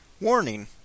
Warning